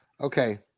Okay